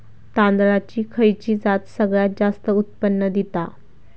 तांदळाची खयची जात सगळयात जास्त उत्पन्न दिता?